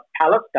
Palestine